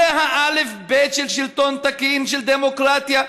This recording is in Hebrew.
זה האלף-בית של שלטון תקין, של דמוקרטיה.